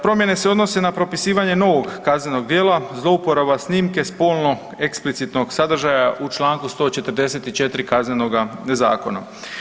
Promjene se odnose na propisivanje novog kaznenog djela, zlouporaba snimke spolno eksplicitnog sadržaja u čl. 144 Kaznenoga zakona.